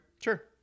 Sure